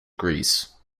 greece